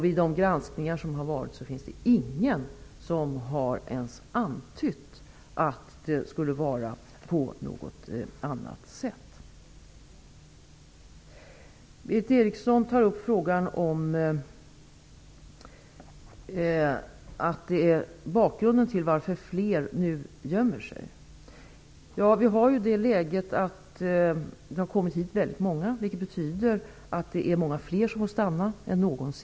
Vid de granskningar som har gjorts har inte någon ens antytt att det skulle vara på något annat sätt. Berith Eriksson tar upp bakgrunden till att fler nu gömmer sig. Det har kommit väldigt många flyktingar, vilket betyder att det är många fler än någonsin som får stanna.